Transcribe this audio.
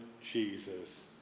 Jesus